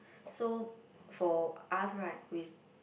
so for us right we